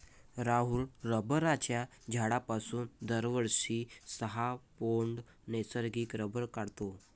राहुल रबराच्या झाडापासून दरवर्षी सहा पौंड नैसर्गिक रबर काढतो